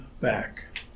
back